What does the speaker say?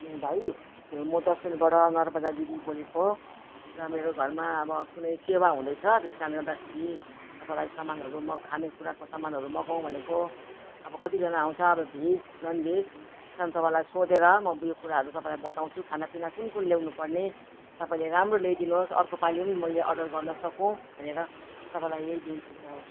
भाइ म दस माइलबाट नर्मदा दिदी बोलेको र मेरो घरमा अब कुनै सेवा हुँदैछ त्यस कारणले गर्दाखेरि तपाईँलाई सामानहरू म खानेकुराको सामानहरू मगाऊँ भनेको अब कतिजना आउँछ अब भेज ननभेज त्यस कारण तपाईँलाई सोधेर म यो कुराहरू तपाईँलाई बताउँछु खानापिना कुन कुन ल्याउनुपर्ने तपाईँले राम्रो ल्याइदिनु होस् अर्को पालि पनि मैले अर्डर गर्न सकूँ भनेर तपाईँलाई यही बिन्ती चढाउँछु